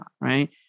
Right